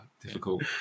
difficult